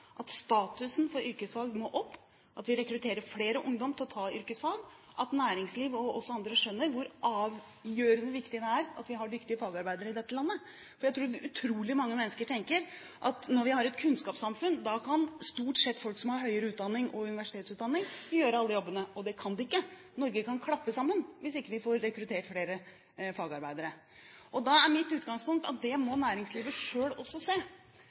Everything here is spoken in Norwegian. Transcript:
at statusen for yrkesfag må opp, at vi rekrutterer flere ungdommer til å ta yrkesfag, at næringsliv og også andre skjønner hvor avgjørende viktig det er at vi har dyktige fagarbeidere i dette landet. Jeg tror utrolig mange mennesker tenker at når vi har et kunnskapssamfunn, da kan stort sett folk som har høyere utdanning og universitetsutdanning, gjøre alle jobbene. Det kan de ikke! Norge kan klappe sammen hvis vi ikke får rekruttert flere fagarbeidere. Da er mitt utgangspunkt at det må næringslivet selv også se.